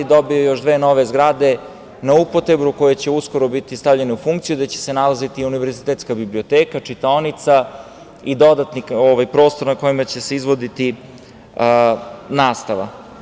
Dobio je još dve nove zgrade na upotrebu koje će uskoro biti stavljene u funkciju, gde će se nalaziti univerzitetska biblioteka, čitaonica i dodatni prostor na kome će se izvoditi nastava.